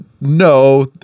No